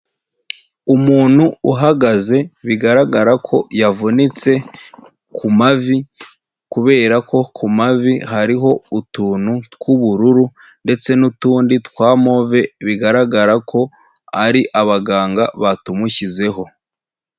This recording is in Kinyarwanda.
Umuntu uhagaze bigaragara ko yavunitse ku mavi kubera ko ku mavi hariho utuntu tw'ubururu ndetse n'utundi twa move, bigaragara ko ari abaganga batumushyizeho.